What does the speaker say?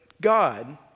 God